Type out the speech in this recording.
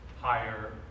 higher